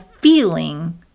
feeling